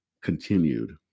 continued